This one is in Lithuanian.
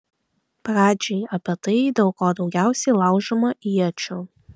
pradžiai apie tai dėl ko daugiausiai laužoma iečių